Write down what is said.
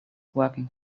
working